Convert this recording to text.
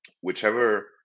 whichever